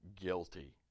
Guilty